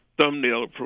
thumbnail